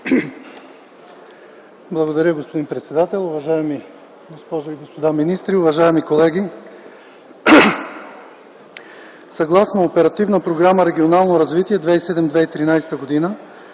Благодаря, господин председател. Уважаеми госпожо и господа министри, уважаеми колеги! Съгласно Оперативна програма „Регионално развитие” 2007-2013 г.